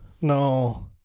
No